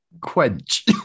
quench